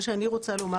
אני רוצה לומר